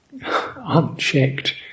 unchecked